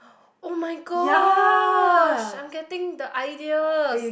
[oh]-my-gosh I'm getting the ideas